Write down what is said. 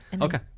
Okay